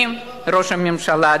ראש הממשלה,